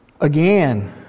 Again